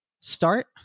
start